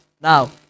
Now